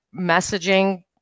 messaging